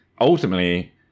ultimately